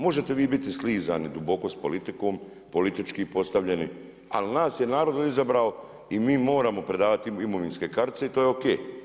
Možete vi biti slizani duboko sa politikom, politički postavljeni ali nas je narod izabrao i mi moramo predavati imovinske kartice i to je ok.